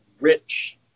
rich